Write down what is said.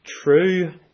true